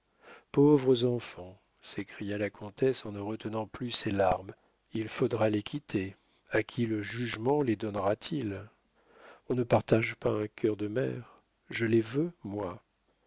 pauvres enfants s'écria la comtesse en ne retenant plus ses larmes il faudra les quitter à qui le jugement les donnera-t-il on ne partage pas un cœur de mère je les veux moi